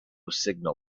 signal